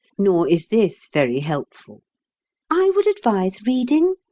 nor is this very helpful i would advise reading,